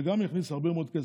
זה גם יכניס הרבה מאוד כסף.